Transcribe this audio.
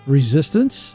resistance